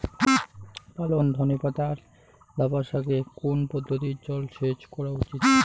পালং ধনে পাতা লাফা শাকে কোন পদ্ধতিতে জল সেচ করা উচিৎ?